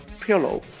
pillow